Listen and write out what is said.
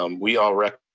um we all rec